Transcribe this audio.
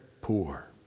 poor